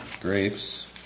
Grapes